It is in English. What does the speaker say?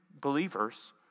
believers